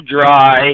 dry